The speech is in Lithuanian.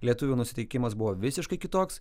lietuvių nusiteikimas buvo visiškai kitoks